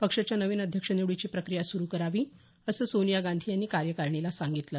पक्षाच्या नवीन अध्यक्ष निवडीची प्रक्रिया सुरू करावी असं सोनिया गांधी यांनी कार्यकारिणीला सांगितलं